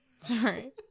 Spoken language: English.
Sorry